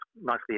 nicely